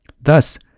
Thus